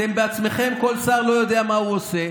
אתם בעצמכם, כל שר לא יודע מה הוא עושה,